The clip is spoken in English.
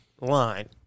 line